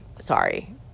Sorry